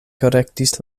korektis